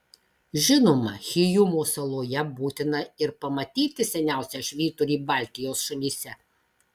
žinoma hyjumos saloje būtina ir pamatyti seniausią švyturį baltijos šalyse